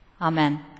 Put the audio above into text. Amen